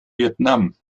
vietnam